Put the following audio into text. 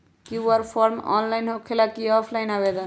QR form online होकेला कि offline आवेदन?